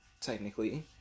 technically